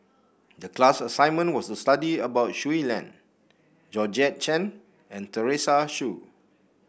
the class assignment was to study about Shui Lan Georgette Chen and Teresa Hsu